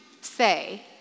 say